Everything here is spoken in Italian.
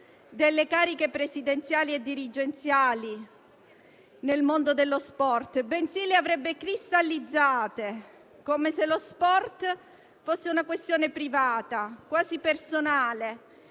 delle cariche presidenziali e dirigenziali nel mondo dello sport, bensì le avrebbe cristallizzate, come se lo sport fosse una questione privata, quasi personale,